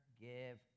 give